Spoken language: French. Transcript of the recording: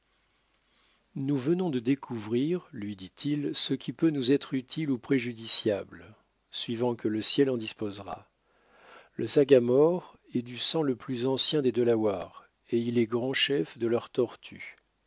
nous venons de découvrir lui dit-il ce qui peut nous être utile ou préjudiciable suivant que le ciel en disposera le sagamore est du sang le plus ancien des delawares et il est grand chef de leurs tortues